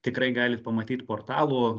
tikrai galit pamatyt portalų